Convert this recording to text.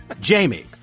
jamie